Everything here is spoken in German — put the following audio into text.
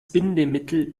bindemittel